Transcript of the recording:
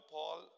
Paul